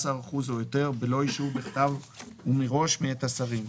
או יותר בלא אישור בכתב ומראש מאת השרים,